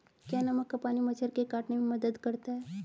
क्या नमक का पानी मच्छर के काटने में मदद करता है?